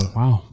wow